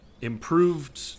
improved